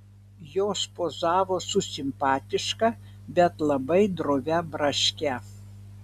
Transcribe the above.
jos pozavo su simpatiška bet labai drovia braške